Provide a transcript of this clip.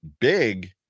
big